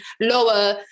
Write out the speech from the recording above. lower